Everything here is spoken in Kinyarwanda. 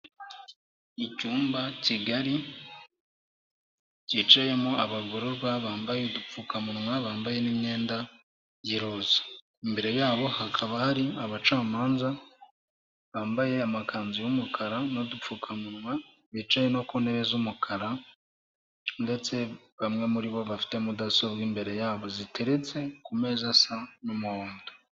Icyumba kigari cyicayemo abagororwa, bambaye udupfukamunwa, bambaye n'imiyenda y'iroza, imbere yabo hakaba hari abacamanza, bambaye amakanzu y'umukara n'udupfukamunwa, bicaye no ku ntebe z'umukara ndetse bamwe muri bo bafite mudasobwa imbere yabo, ziteretse ku meza asa n'umuhondo.